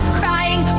crying